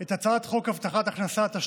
את הצעת חוק הבטחת הכנסה (תיקון מס'